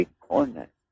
corner